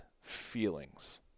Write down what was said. feelings